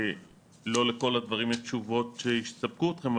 לא לכל הדברים יש תשובות שיספקו אתכם,